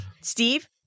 Steve